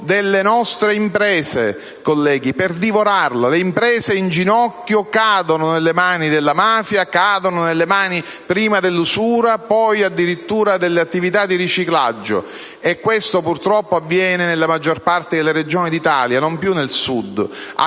delle nostre imprese. Le imprese in ginocchio cadono nelle mani della mafia, cadono nelle mani prima dell'usura, poi addirittura delle attività di riciclaggio, e questo purtroppo avviene nella maggior parte delle regioni d'Italia, non più solo